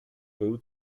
był